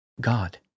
God